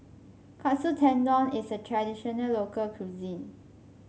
Katsu Tendon is a traditional local cuisine